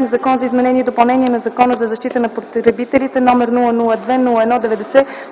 Законопроект за изменение и допълнение на Закона за защита на потребителите, № 002-01-90,